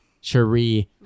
Cherie